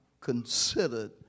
considered